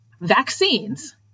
vaccines